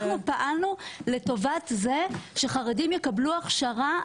אנחנו פעלנו לטובת זה שחרדים יקבלו הכשרה.